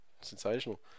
Sensational